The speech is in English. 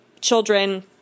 children